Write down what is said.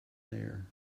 there